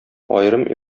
аерым